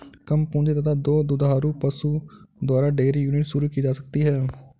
कम पूंजी तथा दो दुधारू पशु द्वारा डेयरी यूनिट शुरू की जा सकती है